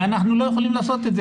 ואנחנו לא יכולים לעשות את זה.